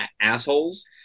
assholes